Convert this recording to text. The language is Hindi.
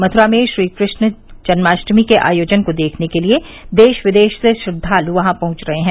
मथ्रा में श्रीकृष्ण जन्माष्टमी के आयोजन को देखने के लिए देश विदेश से श्रद्वाल वहां पहंच रहे है